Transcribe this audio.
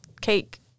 cake